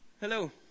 Hello